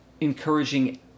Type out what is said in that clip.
encouraging